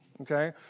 okay